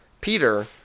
Peter